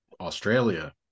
Australia